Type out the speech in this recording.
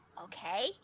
Okay